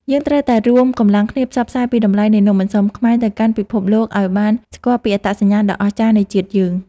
យើងត្រូវតែរួមកម្លាំងគ្នាផ្សព្វផ្សាយពីតម្លៃនៃនំអន្សមខ្មែរទៅកាន់ពិភពលោកឱ្យបានស្គាល់ពីអត្តសញ្ញាណដ៏អស្ចារ្យនៃជាតិយើង។